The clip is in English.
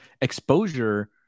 exposure